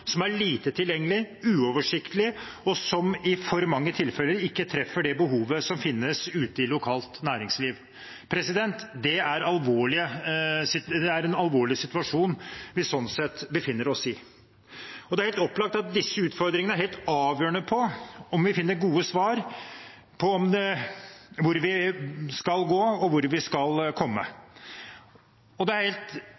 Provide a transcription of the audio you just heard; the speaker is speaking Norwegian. som er lite tilgjengelig, uoversiktlig og i for mange tilfeller ikke treffer det behovet som finnes ute i lokalt næringsliv. Det er en alvorlig situasjon vi sånn sett befinner oss i. Det er helt opplagt at disse utfordringene er helt avgjørende for om vi finner gode svar på hvor vi skal gå, og hvor vi skal